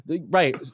right